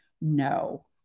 no